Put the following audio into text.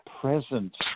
present